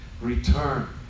return